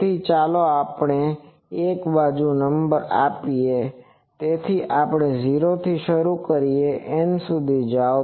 તેથી ચાલો આપણે એક બાજુથી નંબર આપીએ તેથી આપણે 0 થી શરૂ કરીએ N સુધી જાઓ